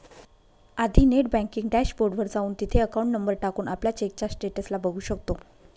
आधी net banking dashboard वर जाऊन, तिथे अकाउंट नंबर टाकून, आपल्या चेकच्या स्टेटस ला बघू शकतो